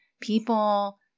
People